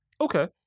Okay